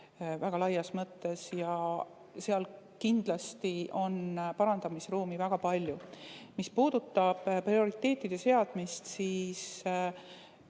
väga laias mõttes ja seal kindlasti on parandamisruumi väga palju. Mis puudutab prioriteetide seadmist, siis